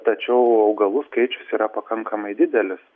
tačiau augalų skaičius yra pakankamai didelis